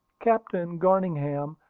captain garningham,